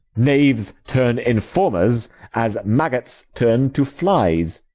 knaves turn informers, as maggots turn to flies,